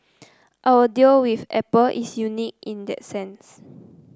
our deal with Apple is unique in that sense